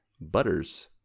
Butters